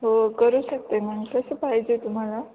हो करू शकते मग कसं पाहिजे तुम्हाला